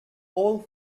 all